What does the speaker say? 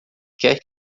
quer